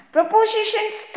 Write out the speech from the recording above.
Propositions